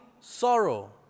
sorrow